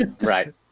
Right